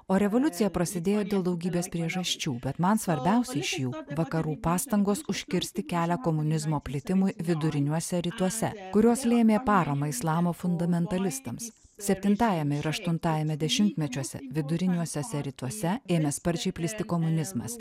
o revoliucija prasidėjo dėl daugybės priežasčių bet man svarbiausia iš jų vakarų pastangos užkirsti kelią komunizmo plitimui viduriniuose rytuose kurios lėmė paramą islamo fundamentalistams septintajame ir aštuntajame dešimtmečiuose viduriniuosiuose rytuose ėmė sparčiai plisti komunizmas